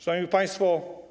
Szanowni Państwo!